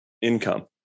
income